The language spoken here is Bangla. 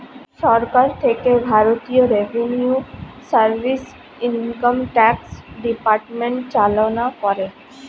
সরকার থেকে ভারতীয় revenue service, income tax department চালনা করে